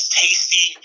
tasty